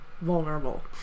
vulnerable